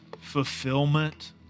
fulfillment